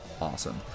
awesome